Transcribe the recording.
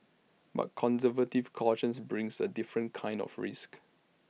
but conservative caution brings A different kind of risk